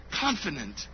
Confident